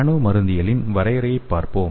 நானோ மருந்தியலின் வரையறையைப் பார்ப்போம்